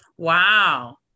Wow